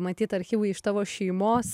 matyt archyvai iš tavo šeimos